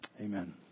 Amen